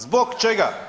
Zbog čega?